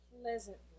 pleasantly